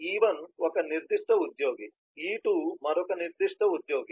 కాబట్టి E1 ఒక నిర్దిష్ట ఉద్యోగి E2 మరొక నిర్దిష్ట ఉద్యోగి